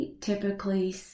typically